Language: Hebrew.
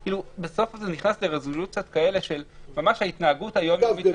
בסוף זה נכנס לרזולוציות כאלה של ממש ההתנהגות היום-יומית.